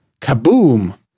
Kaboom